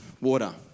water